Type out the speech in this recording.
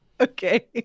Okay